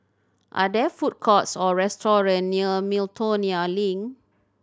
are there food courts or restaurants near Miltonia Link